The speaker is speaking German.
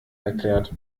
erklärt